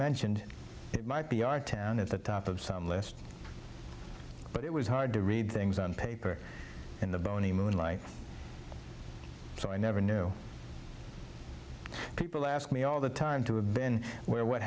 mentioned it might be our town at the top of some list but it was hard to read things on paper in the bony moonlight so i never knew people ask me all the time to have been where what